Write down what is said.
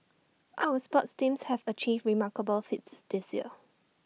our sports teams have achieved remarkable feats this year